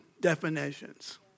definitions